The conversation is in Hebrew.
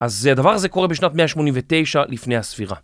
אז, א- הדבר הזה קורה בשנת 189 לפני הספירה.